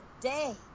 day